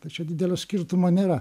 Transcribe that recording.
tačiau didelio skirtumo nėra